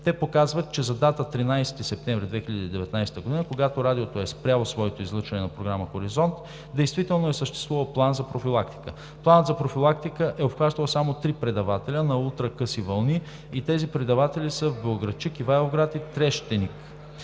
Те показват, че за дата 13 септември 2019 г., когато Радиото е спряло своето излъчване на програма „Хоризонт“, действително е съществувал план за профилактика. Планът за профилактика е обхващал само три предавателя на ултракъси вълни и тези предаватели са в Белоградчик, Ивайловград и Трещеник,